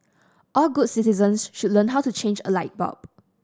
all good citizens should learn how to change a light bulb